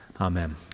amen